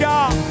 God